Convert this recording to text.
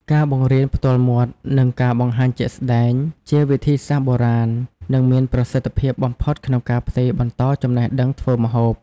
ការបង្រៀនផ្ទាល់មាត់ និងការបង្ហាញជាក់ស្តែង ជាវិធីសាស្រ្តបុរាណ និងមានប្រសិទ្ធភាពបំផុតក្នុងការផ្ទេរបន្តចំណេះដឹងធ្វើម្ហូប។